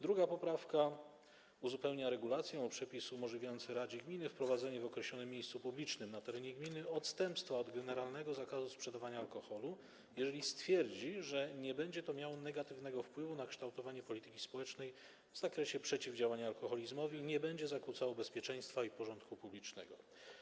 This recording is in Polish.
Druga poprawka uzupełnia regulację o przepis umożliwiający radzie gminy wprowadzenie w określonym miejscu publicznym na terenie gminy odstępstwa od generalnego zakazu sprzedawania alkoholu, jeżeli stwierdzi ona, że nie będzie to miało negatywnego wpływu na kształtowanie polityki społecznej w zakresie przeciwdziałania alkoholizmowi ani nie będzie zakłócało bezpieczeństwa i porządku publicznego.